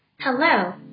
Hello